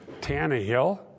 Tannehill